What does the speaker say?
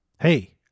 Hey